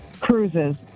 Cruises